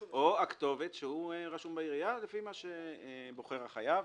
הכתובת שבה הוא רשום בעירייה לפי מה שבוחר החייב.